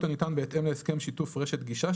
הניתן בהתאם להסכם שיתוף רשת גישה,